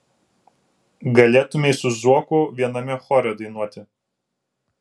galėtumei su zuoku viename chore dainuoti